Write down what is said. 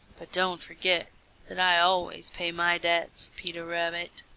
but don't forget that i always pay my debts, peter rabbit.